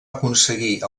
aconseguir